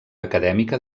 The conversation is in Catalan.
acadèmica